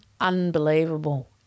unbelievable